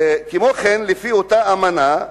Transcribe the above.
כמו כן, לפי אותה אמנה,